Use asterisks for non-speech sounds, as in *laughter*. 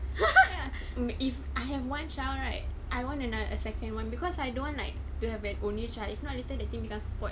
*laughs* ya if I have one child right I want another a second one because I don't want like to have an only child if not later that thing become spoiled